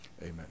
Amen